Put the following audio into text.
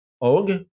Og